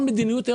המדיניות.